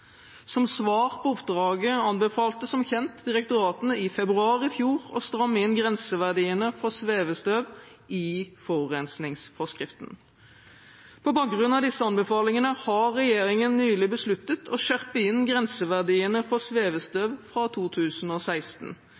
Som svar på oppdraget anbefalte som kjent direktoratene i februar i fjor å stramme inn grenseverdiene for svevestøv i forurensningsforskriften. På bakgrunn av disse anbefalingene har regjeringen nylig besluttet å skjerpe inn grenseverdiene for svevestøv fra